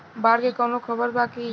बाढ़ के कवनों खबर बा की?